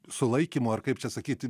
sulaikymo ar kaip čia sakyti